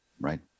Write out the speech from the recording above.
right